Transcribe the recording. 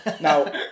now